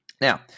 Now